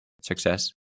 success